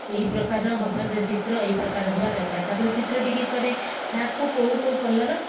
ଏହି ପ୍ରକାର ହେବା ଚିତ୍ର ଏହି ପ୍ରକାର ହେବା ଦରକାର ତା'ପରେ ଚିତ୍ରଟିକୁ କରେ ତାକୁ କେଉଁ କେଉଁ କଲର୍